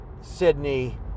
Sydney